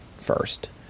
first